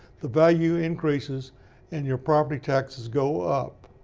the value increases and your property taxes go up.